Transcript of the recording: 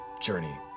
journey